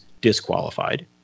disqualified